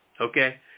okay